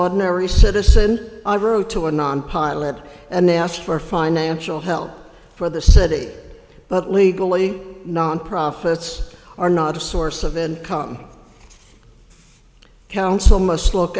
ordinary citizen to a non pilot and they ask for financial help for the city but legally non profits are not a source of income council must look